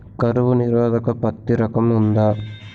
కరువు నిరోధక పత్తి రకం ఉందా?